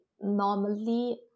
normally